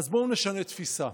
אז בואו נשנה תפיסה.